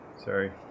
sorry